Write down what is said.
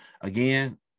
again